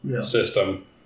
system